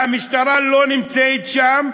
והמשטרה לא נמצאת שם,